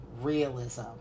realism